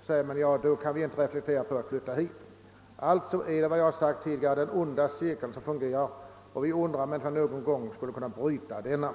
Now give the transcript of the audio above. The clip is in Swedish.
säger man: Då kan vi inte reflektera på att flytta dit. Detta är alltså, som jag sagt tidigare, en ond cirkel, och vi undrar om man inte någon gång skulle kunna bryta denna.